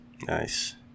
Nice